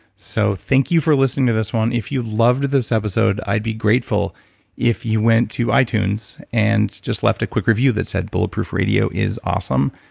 so thank you for listening to this one. if you loved this episode, i'd be grateful if you went to itunes and just left a quick review that said, bulletproof radio is awesome.